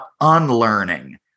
unlearning